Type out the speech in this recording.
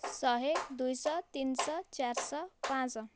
ଶହେ ଦୁଇ ଶହ ତିନି ଶହ ଚାରି ଶହ ପାଞ୍ଚଶହ